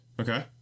Okay